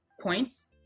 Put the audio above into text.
points